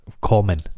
Common